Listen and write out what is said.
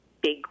big